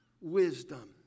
wisdom